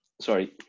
sorry